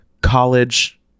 college